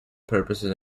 purposes